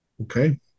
Okay